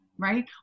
right